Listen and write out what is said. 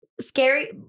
scary